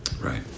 Right